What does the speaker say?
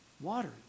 Water